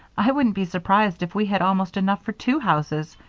i wouldn't be surprised if we had almost enough for two houses.